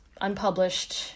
unpublished